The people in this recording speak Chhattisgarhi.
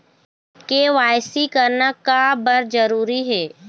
के.वाई.सी करना का बर जरूरी हे?